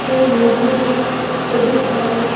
जंहिं योग गुरू प्रेरित कयो